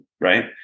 right